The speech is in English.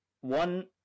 one